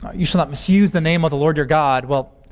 you shall not misuse the name of the lord your god. well,